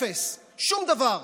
אפס, שום דבר.